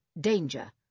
Danger